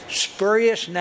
spurious